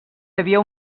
havia